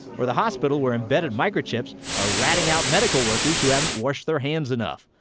or the hospital where embedded microchips are rating out medical workers who haven't washed their hands enough.